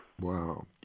Wow